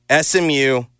SMU